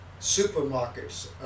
supermarkets